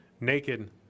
naked